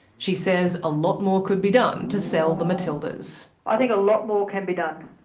she says a lot more could be done to sell the matildas. i think a lot more can be done.